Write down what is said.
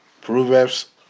Proverbs